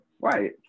right